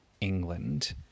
England